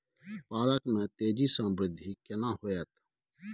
पालक में तेजी स वृद्धि केना होयत?